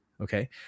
okay